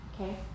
Okay